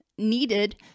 Needed